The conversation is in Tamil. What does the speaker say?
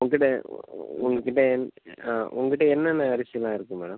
உங்கிட்ட உ உ உங்ககிட்ட எந் ஆ உங்கிட்ட என்னென்ன அரிசிலாம் இருக்குது மேடம்